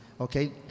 Okay